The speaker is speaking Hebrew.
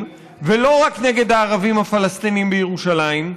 ולא רק נגד הערבים הפלסטינים בירושלים,